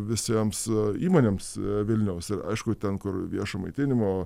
visiems įmonėms vilniaus aišku ten kur viešo maitinimo